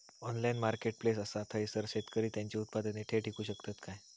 Online marketplace असा थयसर शेतकरी त्यांची उत्पादने थेट इकू शकतत काय?